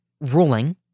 ruling